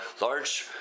large